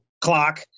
clock